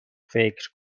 فکر